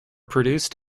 produced